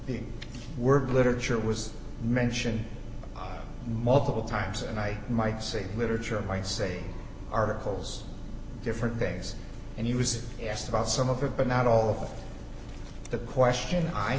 the word literature was mention multiple times and i might say the literature might say articles different case and he was asked about some of it but not all of the question i